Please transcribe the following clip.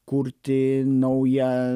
kurti naują